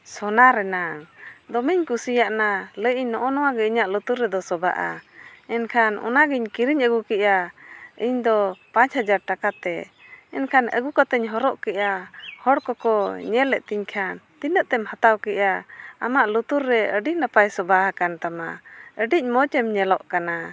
ᱥᱳᱱᱟ ᱨᱮᱱᱟᱜ ᱫᱚᱢᱮᱧ ᱠᱩᱥᱤᱭᱟᱱᱟ ᱞᱟᱹᱭᱮᱫ ᱟᱹᱧ ᱱᱚᱜᱼᱚ ᱱᱟ ᱜᱮ ᱤᱧᱟᱹᱜ ᱞᱩᱛᱩᱨ ᱨᱮᱫᱚ ᱥᱚᱵᱷᱟᱜᱼᱟ ᱢᱮᱱᱠᱷᱟᱱ ᱚᱱᱟᱜᱤᱧ ᱠᱤᱨᱤᱧ ᱟᱹᱜᱩ ᱠᱮᱫᱼᱟ ᱤᱧᱫᱚ ᱯᱟᱸᱪ ᱦᱟᱡᱟᱨ ᱴᱟᱠᱟ ᱛᱮ ᱢᱮᱱᱠᱷᱟᱱ ᱟᱹᱜᱩ ᱠᱟᱛᱮᱧ ᱦᱚᱨᱚᱜ ᱠᱮᱫᱟ ᱦᱚᱲ ᱠᱚᱠᱚ ᱧᱮᱞ ᱮᱫ ᱛᱤᱧ ᱠᱷᱟᱱ ᱛᱤᱱᱟᱹᱜ ᱛᱮᱢ ᱦᱟᱛᱟᱣ ᱠᱮᱜᱼᱟ ᱟᱢᱟᱜ ᱞᱩᱛᱩᱨ ᱨᱮ ᱟᱹᱰᱤ ᱱᱟᱯᱟᱭ ᱥᱚᱵᱷᱟ ᱟᱠᱟᱱ ᱛᱟᱢᱟ ᱟᱹᱰᱤ ᱢᱚᱡᱽ ᱮᱢ ᱧᱮᱞᱚᱜ ᱠᱟᱱᱟ